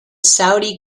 saudi